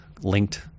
linked